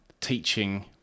teaching